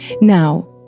Now